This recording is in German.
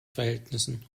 verhältnissen